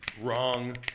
Wrong